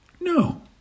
No